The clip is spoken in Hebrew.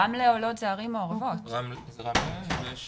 רוב המדריכים בחברה הערבית הם מדריכים